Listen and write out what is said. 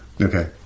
okay